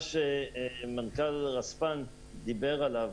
לגבי מה שמנכ"ל רספ"ן דיבר עליו,